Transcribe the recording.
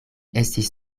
estis